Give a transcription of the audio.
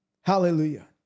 Hallelujah